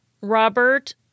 Robert